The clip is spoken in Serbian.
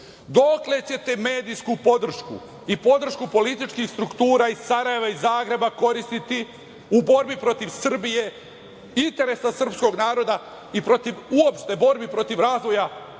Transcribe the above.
dokle ćete medijsku podršku i podršku političkih struktura iz Sarajeva i Zagreba koristiti u borbi protiv Srbije, interesa srpskog naroda i protiv uopšte borbi protiv razvoja